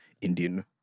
Indian